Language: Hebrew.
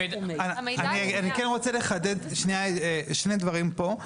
אני כן רוצה לחדד, שנייה, שני דברים פה.